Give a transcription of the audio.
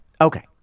Okay